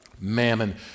Mammon